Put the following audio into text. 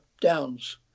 Downs